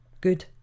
good